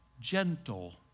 gentle